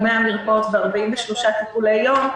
100 מרפאות ו-43 טיפולי יום.